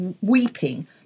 weeping